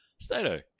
Stato